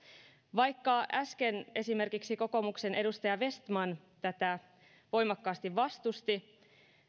vaikka äsken esimerkiksi kokoomuksen edustaja vestman tätä voimakkaasti vastusti